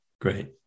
Great